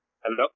Hello